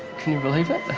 can you believe it?